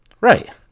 Right